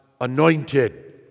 anointed